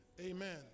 amen